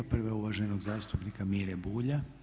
Prava je uvaženog zastupnika Mire Bulja.